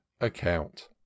account